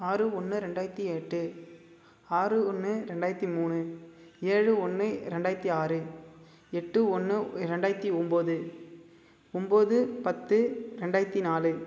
ஆறு ஒன்று ரெண்டாயிரத்தி எட்டு ஆறு ஒன்று ரெண்டாயிரத்தி மூணு ஏழு ஒன்று ரெண்டாயிரத்தி ஆறு எட்டு ஒன்று ரெண்டாயிரத்தி ஒம்பது ஒம்பது பத்து ரெண்டாயிரத்தி நாலு